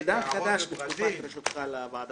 עידן חדש בוועדת התרבות.